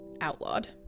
outlawed